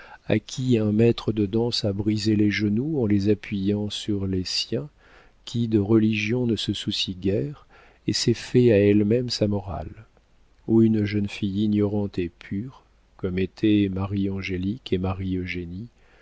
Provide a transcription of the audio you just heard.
à qui un maître de danse a brisé les genoux en les appuyant sur les siens qui de religion ne se soucie guère et s'est fait à elle-même sa morale ou une jeune fille ignorante et pure comme étaient marie angélique et marie eugénie